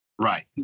Right